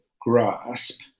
grasp